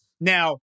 Now